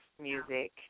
music